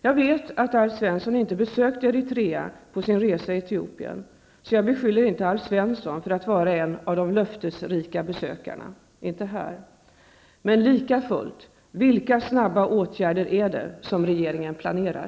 Jag vet att Alf Svensson inte besökte Eritrea på sin resa i Etiopien, så jag beskyller inte Alf Svensson för att vara en av de löftesgivande besökarna -- inte här. Men likafullt undrar jag: Vilka snabba åtgärder är det som regeringen planerar?